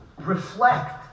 reflect